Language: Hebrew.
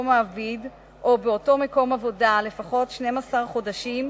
מעביד או באותו מקום עבודה לפחות 12 חודשים,